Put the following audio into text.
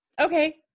Okay